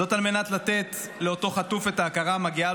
זאת על מנת לתת לאותו חטוף את ההכרה המגיעה